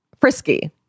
frisky